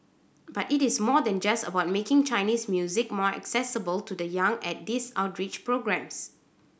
but it is more than just about making Chinese music more accessible to the young at these outreach programmes